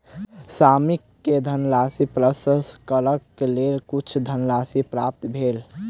श्रमिक के धानक प्रसंस्करणक लेल किछ धनराशि प्राप्त भेल